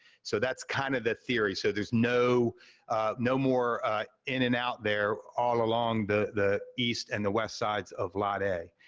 so that's kind of the theory. so there's no no more in-and-out there, all along the the east and the west sides of lot a.